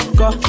go